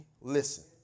listen